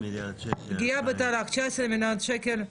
פגיעה בתל"ג, 19 מיליון שקל,